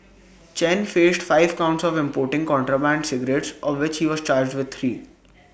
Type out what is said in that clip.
Chen faced five counts of importing contraband cigarettes of which he was charged with three